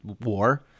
WAR